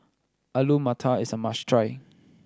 Alu Matar is a must try